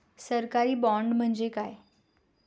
सरकारी बाँड म्हणजे काय?